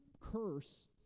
curse